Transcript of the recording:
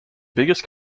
biggest